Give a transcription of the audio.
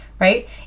Right